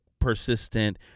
persistent